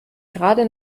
gerade